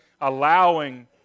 allowing